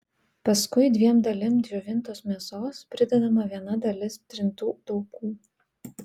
paskui dviem dalim džiovintos mėsos pridedama viena dalis trintų taukų